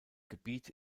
gebiet